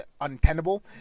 untenable